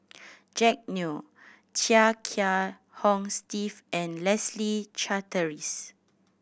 Jack Neo Chia Kiah Hong Steve and Leslie Charteris